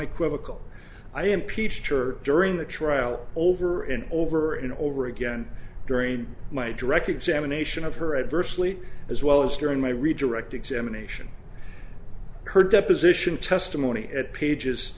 equivocal i impeached church during the trial over and over and over again during my direct examination of her adversely as well as during my redirect examination her deposition testimony at pages